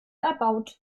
erbaut